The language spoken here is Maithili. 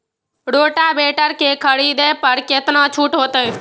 रोटावेटर के खरीद पर केतना छूट होते?